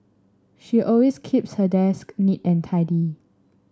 she always keeps her desk neat and tidy